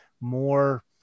more